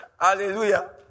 Hallelujah